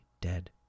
dead